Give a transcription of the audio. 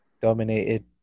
Dominated